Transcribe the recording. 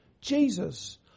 Jesus